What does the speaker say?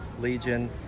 Legion